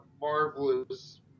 marvelous